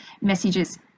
messages